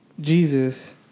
Jesus